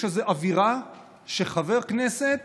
יש איזו אווירה שחבר כנסת